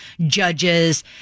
judges